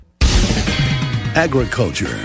Agriculture